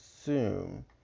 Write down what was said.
assume